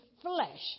flesh